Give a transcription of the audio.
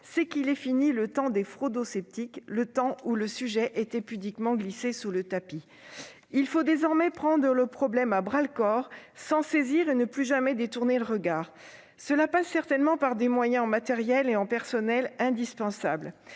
c'est qu'est bien fini le temps des « fraudo-sceptiques », le temps où le sujet était pudiquement glissé sous le tapis. Il faut désormais prendre le problème à bras-le-corps, s'en saisir et ne plus jamais détourner le regard. Cela passe certainement par des moyens en matériel et en personnel indispensables.